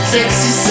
Sexy